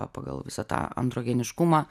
pagal visą tą androgeniškumą